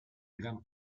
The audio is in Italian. gran